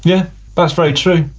yeah, that's very true.